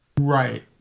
Right